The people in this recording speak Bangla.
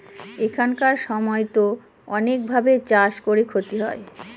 এখানকার সময়তো অনেক ভাবে চাষ করে ক্ষতি হয়